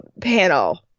Panel